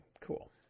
cool